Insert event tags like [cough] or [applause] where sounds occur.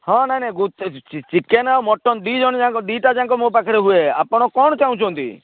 ହଁ ନାହିଁ ନାହିଁ [unintelligible] ଚିକେନ୍ ଆଉ ମଟନ୍ ଦୁଇଜଣଯାକ ଦୁଇଟାଯାକ ମୋ ପାଖରେ ହୁଏ ଆପଣ କଣ ଚାହୁଁଛନ୍ତି